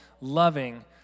loving